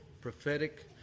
prophetic